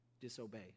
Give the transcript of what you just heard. disobey